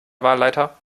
wahlleiter